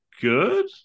good